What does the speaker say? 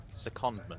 secondment